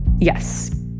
Yes